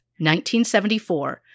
1974